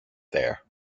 there